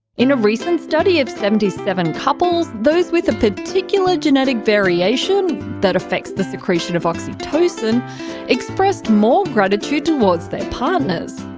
in a recent study of seventy seven couples, those with a particular genetic variation that affects the secretion of oxytocin expressed more gratitude towards their partners.